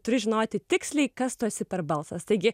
turi žinoti tiksliai kas tu esi per balsas taigi